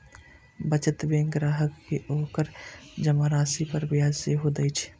बचत बैंक ग्राहक कें ओकर जमा राशि पर ब्याज सेहो दए छै